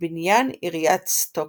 בבניין עיריית סטוקהולם.